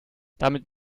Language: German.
damit